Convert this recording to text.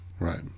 Right